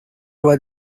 was